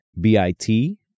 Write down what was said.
B-I-T